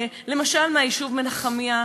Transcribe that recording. למשל מהיישוב מנחמיה,